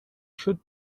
should